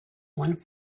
one